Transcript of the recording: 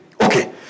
Okay